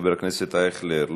חבר הכנסת אייכלר,